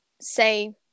say